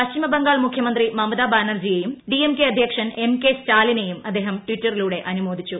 പശ്ചിമ ബംഗാൾ മുഖ്യമന്ത്രി മമത ബാനർജിയെയും ഡിഎംകെ അധ്യക്ഷൻ എം കെ സ്റ്റാലിനെയും അദ്ദേഹം ട്വിറ്ററിലൂടെ അനുമോദിച്ചു